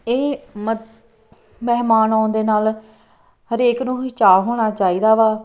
ਇਹ ਮਤ ਮਹਿਮਾਨ ਆਉਣ ਦੇ ਨਾਲ ਹਰੇਕ ਨੂੰ ਹੀ ਚਾਅ ਹੋਣਾ ਚਾਹੀਦਾ ਵਾ